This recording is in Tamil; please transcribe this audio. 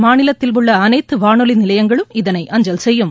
மாநிலத்தில் உள்ள அனைத்து வானொலி நிலையங்களும் இதனை அஞ்சல் செய்யும்